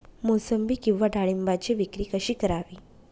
मोसंबी किंवा डाळिंबाची विक्री कशी करावी?